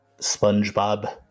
SpongeBob